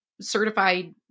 certified